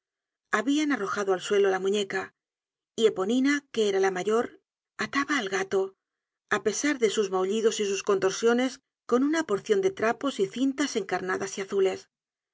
habian arrojado al suelo la muñeca y eponina que era la mayor ataba al gato á pesar de sus mahullidos y sus contorsiones con una porcion de trapos y cintas encarnadas y azules